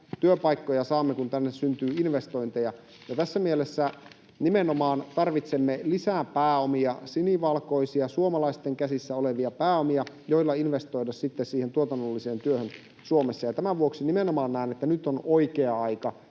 Työpaikkoja saamme, kun tänne syntyy investointeja. Tässä mielessä nimenomaan tarvitsemme lisää pääomia, sinivalkoisia, suomalaisten käsissä olevia pääomia, joilla investoida sitten siihen tuotannolliseen työhön Suomessa. Tämän vuoksi nimenomaan näen, että nyt on oikea aika